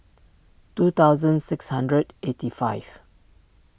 two thousand six hundred eighty five